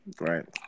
Right